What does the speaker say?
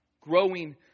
Growing